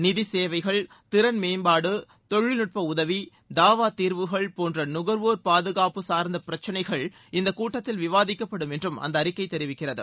நிதி சேவைகள் திறன் மேம்பாடு தொழில்நுட்ப உதவி தாவா தீர்வுகள் போன்ற நுகர்வோர் பாதுகாப்பு சார்ந்த பிரச்சினைகள் இந்த கூட்டத்தில் விவாதிக்கப்படும் என்றும் அந்த அறிக்கை தெரிவிக்கிறது